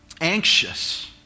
anxious